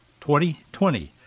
2020